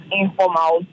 informal